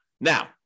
Now